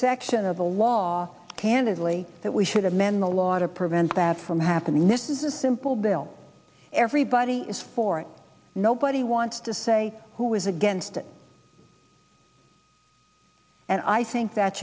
section of the law candidly that we should amend the law to prevent that from happening this is a simple bill everybody is for nobody wants to say who is against it and i think that